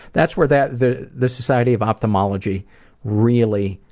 that's where that. the the society of ophthalmology really.